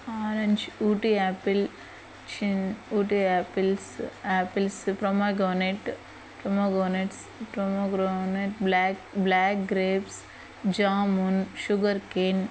orange Ooty apple చిన్ Ooty apples apples pomegranate pomegranates pomegranate black black grapes jamun sugarcane